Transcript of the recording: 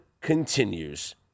continues